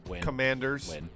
Commanders